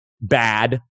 bad